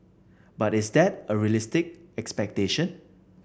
but is that a realistic expectation